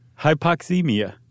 Hypoxemia